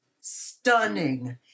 stunning